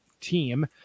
team